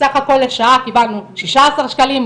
סך הכל לשעה קיבלנו תשעה עשר שקלים.